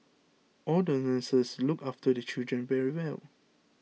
all the nurses look after the children very well